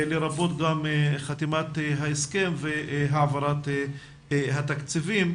לרבות גם חתימת ההסכם והעברת התקציבים.